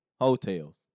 Hotels